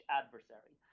adversary